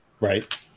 Right